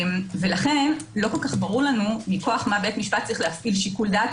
לכן לא ברור לנו מכוח מה בית משפט צריך להפעיל שיקול דעת